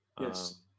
Yes